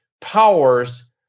powers